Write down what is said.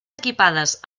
equipades